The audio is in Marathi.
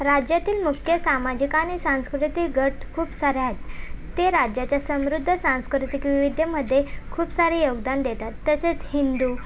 राज्यातील नुषकीय सामाजिक आणि सांस्कृतिक गट खूप सारे आहेत ते राज्याच्या समृद्ध सांस्कृतिक विविधतेमध्ये खूप सारे योगदान देतात तसेच हिंदू